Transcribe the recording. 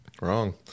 Wrong